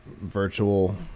virtual